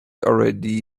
already